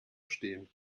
stehen